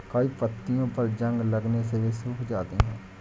कई पत्तियों पर जंग लगने से वे सूख जाती हैं